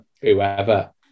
whoever